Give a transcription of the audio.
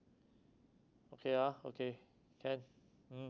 okay ah okay can mm